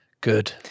good